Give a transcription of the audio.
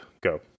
Go